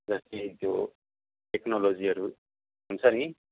जस्तै त्यो टेक्नोलोजीहरू हुन्छ नि